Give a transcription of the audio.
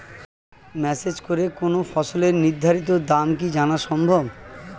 Message করে কোন ফসলের নির্ধারিত দাম কি জানা সম্ভব?